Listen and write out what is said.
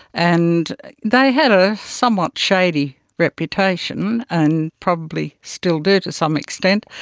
and they had a somewhat shady reputation and probably still do to some extent.